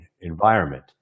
environment